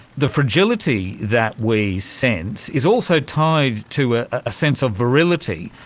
the fragility that we sense is also tied to a ah sense of virility,